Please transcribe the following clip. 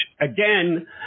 Again